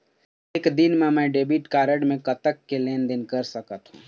एक दिन मा मैं डेबिट कारड मे कतक के लेन देन कर सकत हो?